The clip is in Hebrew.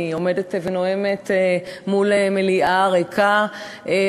אני עומדת ונואמת מול מליאה ריקה.